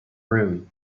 room